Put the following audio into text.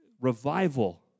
Revival